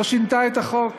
לא שינתה את החוק